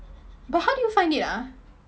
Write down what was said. but how do you find it ah